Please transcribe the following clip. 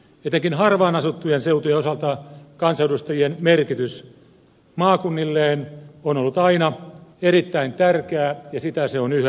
etenkin harvaanasuttujen seutujen osalta kansanedustajien merkitys maakunnilleen on ollut aina erittäin tärkeä ja sitä se on yhä